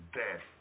death